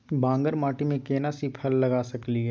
बांगर माटी में केना सी फल लगा सकलिए?